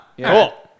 Cool